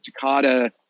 Takata